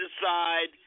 decide